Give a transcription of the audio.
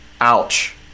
Ouch